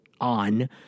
on